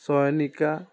Chayanika